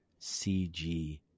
CG